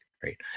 great